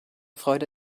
freude